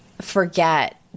forget